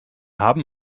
haben